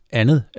andet